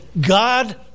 God